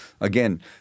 Again